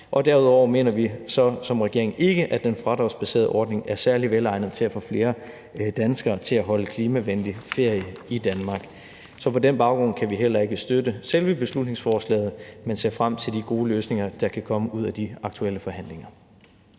Derudover mener vi som regering ikke, at den fradragsbaserede ordning er særlig velegnet til at få flere danskere til at holde klimavenlig ferie i Danmark. Så på den baggrund kan vi heller ikke støtte selve beslutningsforslaget, men vi ser frem til de gode løsninger, der kan komme ud af de aktuelle forhandlinger.